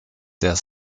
der